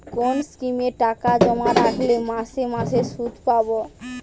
কোন স্কিমে টাকা জমা রাখলে মাসে মাসে সুদ পাব?